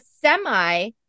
semi